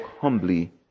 humbly